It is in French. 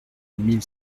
mille